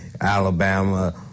Alabama